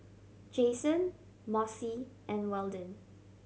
Jason Mossie and Weldon